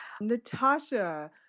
Natasha